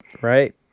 Right